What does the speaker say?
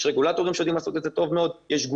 יש רגולטורים שיודעים לעשות את זה טוב מאוד,